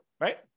right